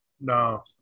No